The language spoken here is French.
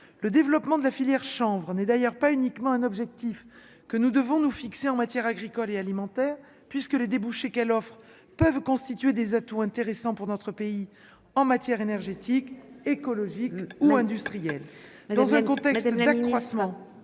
le développement de la filière chanvre n'est d'ailleurs pas uniquement un objectif que nous devons nous fixer en matière agricole et alimentaire puisque les débouchés qu'elles offrent peuvent constituer des atouts intéressants pour notre pays en matière énergétique écologique ou industrielle